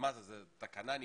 זאת תקנה נפרדת?